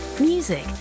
Music